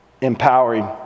empowering